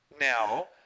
now